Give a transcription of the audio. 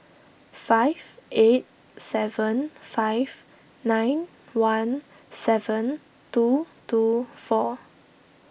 five eight seven five nine one seven two two four